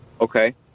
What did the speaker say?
Okay